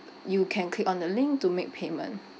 you can click on the link to make payment